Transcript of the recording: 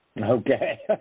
Okay